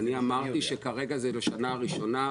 אני אמרתי שכרגע זה לשנה הראשונה,